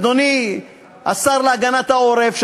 אדוני השר להגנת העורף,